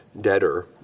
debtor